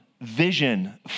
vision